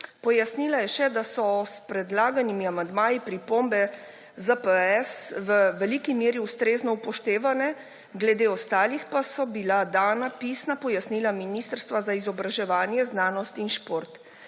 Pojasnila je še, da so s predlaganimi amandmaji pripombe ZPS v veliki meri ustrezno upoštevane, glede ostalih pa so bila dana pisna pojasnila Ministrstva za izobraževanje, znanost in šport.